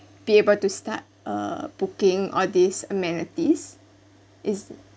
be able to start uh booking on these amenities is